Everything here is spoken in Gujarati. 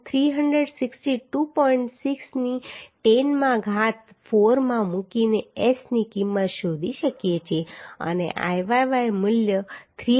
6 ની 10 માં ઘાત 4 માં મૂકીને S ની કિંમત શોધી શકીએ છીએ અને Iyy મૂલ્ય 310